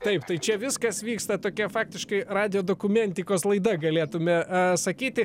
taip tai čia viskas vyksta tokia faktiškai radijo dokumentikos laida galėtume sakyti